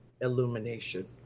illumination